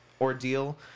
ordeal